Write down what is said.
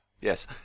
yes